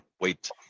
wait